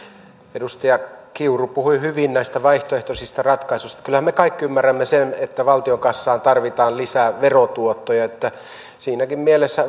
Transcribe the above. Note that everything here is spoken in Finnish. edustaja kiuru puhui hyvin näistä vaihtoehtoisista ratkaisuista kyllähän me kaikki ymmärrämme sen että valtion kassaan tarvitaan lisää verotuottoja siinäkin mielessä